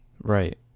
Right